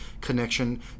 connection